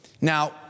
Now